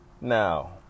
Now